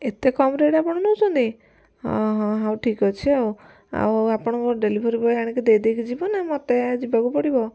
ଏତେ କମ୍ ରେଟ ଆପଣ ନଉଛନ୍ତି ହଁ ହଁ ହଉ ଠିକ୍ ଅଛି ଆଉ ଆଉ ଆପଣଙ୍କର ଡେଲିଭରୀ ବୟ ଆଣିକି ଦେଇଦେଇକି ଯିବ ନା ମତେ ଯିବାକୁ ପଡ଼ିବ